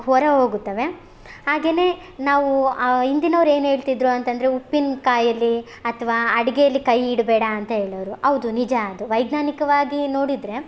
ಹೊರ ಹೋಗುತ್ತವೆ ಹಾಗೆಯೇ ನಾವೂ ಆ ಇಂದಿನವ್ರು ಏನೇಳ್ತಿದ್ದರು ಅಂತಂದರೆ ಉಪ್ಪಿನಕಾಯಲ್ಲೀ ಅಥ್ವಾ ಅಡುಗೇಲಿ ಕೈ ಇಡಬೇಡ ಅಂತ ಹೇಳೋರು ಹೌದು ನಿಜ ಅದು ವೈಜ್ಞಾನಿಕವಾಗೀ ನೋಡಿದರೆ